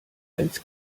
als